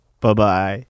Bye-bye